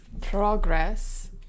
progress